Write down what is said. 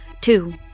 Two